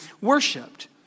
worshipped